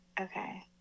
Okay